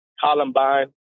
Columbine